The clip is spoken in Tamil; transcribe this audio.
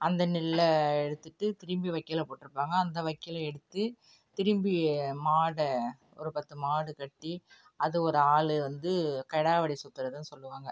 அந்த நெல்லை எடுத்துகிட்டு திரும்பி வைக்கோல போட்டிருப்பாங்க அந்த வைக்கோல எடுத்து திரும்பி மாடை ஒரு பத்து மாடு கட்டி அது ஒரு ஆள் வந்து கிடாவாடி சுற்றுறதுன்னு சொல்லுவாங்க